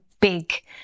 big